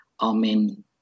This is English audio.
Amen